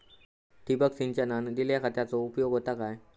ठिबक सिंचनान दिल्या खतांचो उपयोग होता काय?